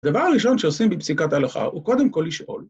הדבר הראשון שעושים בפסיקת ההלכה הוא קודם כל לשאול.